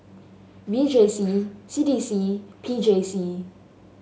V J C C D C P J C